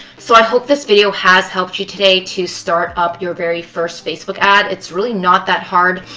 so i hope this video has helped you today to start up your very first facebook ad. it's really not that hard.